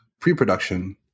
pre-production